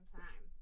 time